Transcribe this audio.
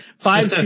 five